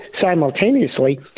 simultaneously